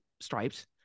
stripes